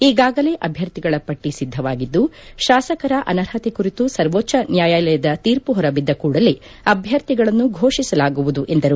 ಈಗಾಗಲೇ ಅಭ್ಯರ್ಥಿಗಳ ಪಟ್ಟ ಸಿದ್ಧವಾಗಿದ್ದು ಶಾಸಕರ ಅನರ್ಹತೆ ಕುರಿತು ಸರ್ವೋಚ್ಚ ನ್ಕಾಯಾಲಯದ ತೀರ್ಮ ಹೊರಬಿದ್ದ ಕೂಡಲೇ ಅಭ್ಯರ್ಥಿಗಳನ್ನು ಫೋಷಿಸಲಾಗುವುದು ಎಂದರು